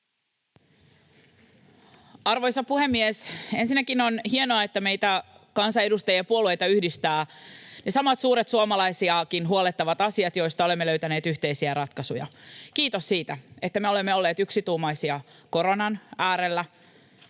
Arvoisa puhemies! Ensinnäkin on hienoa, että meitä kansanedustajia ja puolueita yhdistävät samat, suuret, suomalaisiakin huolettavat asiat, joihin olemme löytäneet yhteisiä ratkaisuja. Kiitos siitä, että me olemme olleet yksituumaisia koronan äärellä,